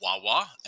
Wawa